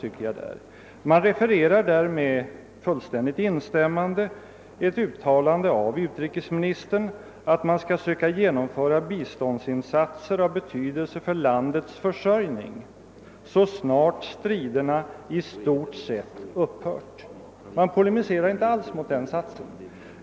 Utskottet refererar med fullständigt instämmande ett uttalande av utrikesministern om att vi skall försöka genomföra biståndsinsatser av betydelse för Vietnams försörjning så snart striderna i stort sett upphört. Man polemiserar således inte alls mot den satsen.